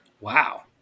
Wow